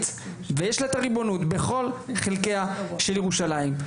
בכל חלקיה של ירושלים.